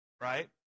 right